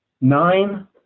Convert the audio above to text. nine